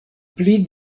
pli